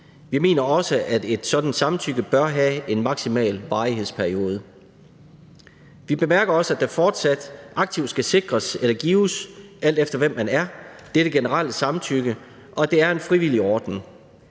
Vi mener også, at et sådant samtykke bør have en maksimal varighedsperiode. Vi bemærker også, at der fortsat aktivt skal sikres eller gives, alt efter hvem man er, dette generelle samtykke, og at det er en frivillig ordning.